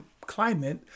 climate